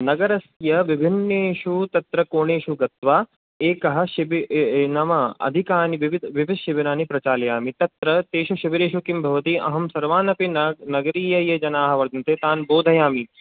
नगरस्य विभिन्नेषु तत्र कोणेषु गत्वा एकः नाम अधिकानि विवि शिबिराणि प्रचालयामि तत्र तेषु शिबिरेषु किं भवति अहं सर्वान् अपि न नगरीय जनाः ये वर्तन्ते तान् बोधयामि